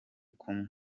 kumwe